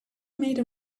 made